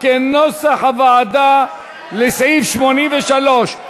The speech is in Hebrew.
ההסתייגויות לסעיף 83,